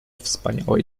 wspaniałe